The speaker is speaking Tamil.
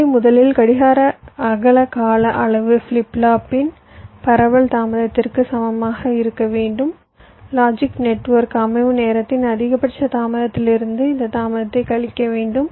எனவே முதலில் கடிகார அகல கால அளவு ஃபிளிப் ஃப்ளாப்பின் பரவல் தாமதத்திற்கு சமமாக இருக்க வேண்டும் லாஜிக் நெட்வொர்க் அமைவு நேரத்தின் அதிகபட்ச தாமதத்திலிருந்து இந்த தாமதத்தை கழிக்க வேண்டும்